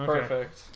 Perfect